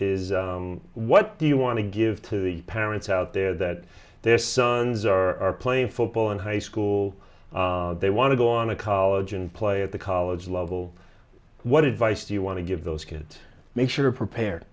is what do you want to give to parents out there that their sons are playing football in high school they want to go on to college and play at the college level what advice do you want to give those kids make sure are prepare